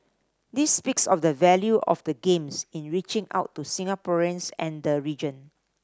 this speaks of the value of the Games in reaching out to Singaporeans and the region